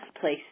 place